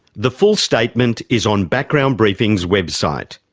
the full statement is on background briefing's website.